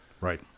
right